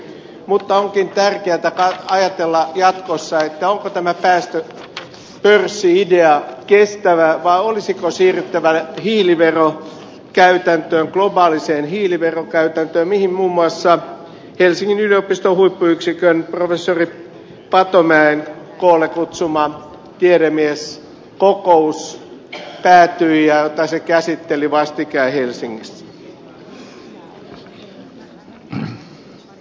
mutta onkin tärkeätä ajatella jatkossa onko tämä päästöpörssi idea kestävä vai olisiko siirryttävä hiiliverokäytäntöön globaaliseen hiiliverokäytäntöön mihin muun muassa helsingin yliopiston huippuyksikön professori patomäen koolle kutsuma tiedemieskokous päätyi ja jota se käsitteli vastikään helsingissä